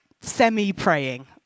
semi-praying